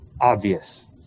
Obvious